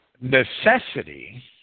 necessity